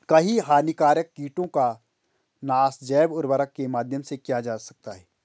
कई हानिकारक कीटों का नाश जैव उर्वरक के माध्यम से किया जा सकता है